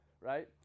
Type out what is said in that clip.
right